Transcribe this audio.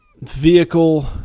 vehicle